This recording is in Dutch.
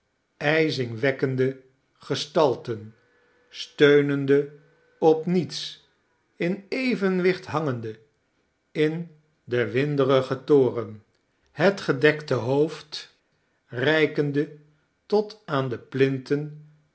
ijzingwekkende gestalten steunende op niets in evenwicht hangende in den winderigen toren het gedekte hoofd reikende tot aan de plinten